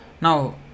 Now